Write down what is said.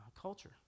culture